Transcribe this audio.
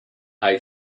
hay